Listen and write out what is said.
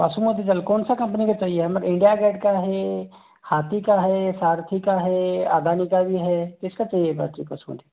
बासमती चावल कौन सा कंपनी का चाहिए हमारे इंडिया गेट का है हाथी का है सारथी का है अदानी का भी है किस का चाहिए बाक़ी बासमती